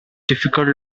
difficult